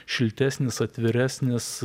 šiltesnis atviresnis